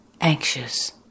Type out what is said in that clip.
anxious